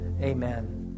Amen